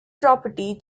property